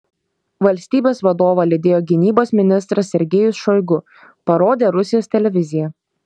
valstybės vadovą lydėjo gynybos ministras sergejus šoigu parodė rusijos televizija